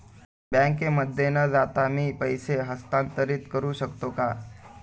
बँकेमध्ये न जाता मी पैसे हस्तांतरित करू शकतो का?